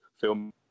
film